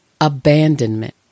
abandonment